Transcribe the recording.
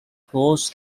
flows